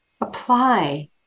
apply